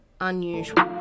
unusual